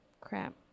Crap